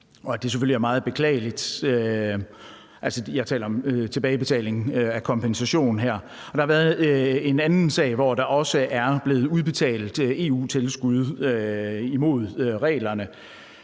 at det selvfølgelig er meget beklageligt, og jeg taler her om tilbagebetalingen af kompensationer. Der har også været en anden sag, hvor der er blevet udbetalt EU-tilskud imod reglerne,